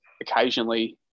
occasionally